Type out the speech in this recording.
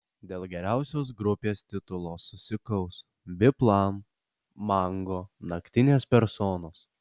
dėl geriausios grupės titulo susikaus biplan mango naktinės personos